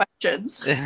questions